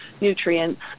nutrients